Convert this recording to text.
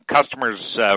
customers